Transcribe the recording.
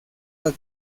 las